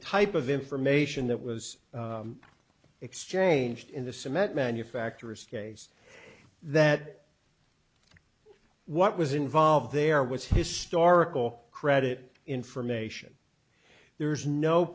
type of information that was exchanged in the cement manufactories case that what was involved there was historical credit information there is no